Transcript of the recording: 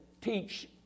teach